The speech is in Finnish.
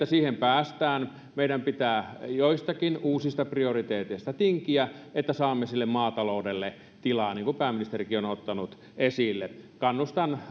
siihen päästään meidän pitää joistakin uusista prioriteeteista tinkiä että saamme sille maataloudelle tilaa niin kuin pääministerikin on ottanut esille kannustan